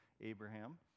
abraham